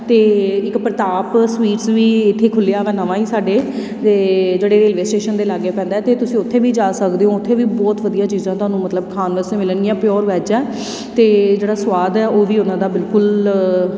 ਅਤੇ ਇੱਕ ਪ੍ਰਤਾਪ ਸਵੀਟਸ ਵੀ ਇੱਥੇ ਖੁੱਲ੍ਹਿਆ ਵਾ ਨਵਾਂ ਹੀ ਸਾਡੇ ਅਤੇ ਜਿਹੜੇ ਰੇਲਵੇ ਸਟੇਸ਼ਨ ਦੇ ਲਾਗੇ ਪੈਂਦਾ ਅਤੇ ਤੁਸੀਂ ਉੱਥੇ ਵੀ ਜਾ ਸਕਦੇ ਹੋ ਉੱਥੇ ਵੀ ਬਹੁਤ ਵਧੀਆ ਚੀਜ਼ਾਂ ਤੁਹਾਨੂੰ ਮਤਲਬ ਖਾਣ ਵਾਸਤੇ ਮਿਲਣਗੀਆਂ ਪਿਓਰ ਵੈਜ ਹੈ ਅਤੇ ਜਿਹੜਾ ਸਵਾਦ ਹੈ ਉਹ ਵੀ ਉਹਨਾਂ ਦਾ ਬਿਲਕੁਲ